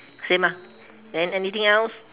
same ah then anything else